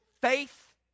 faith